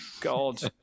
God